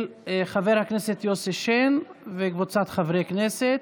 של חבר הכנסת יוסי שיין וקבוצת חברי הכנסת.